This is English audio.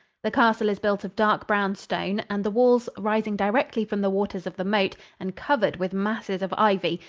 the castle is built of dark-brown stone, and the walls, rising directly from the waters of the moat and covered with masses of ivy,